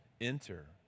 enter